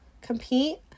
compete